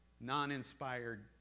non-inspired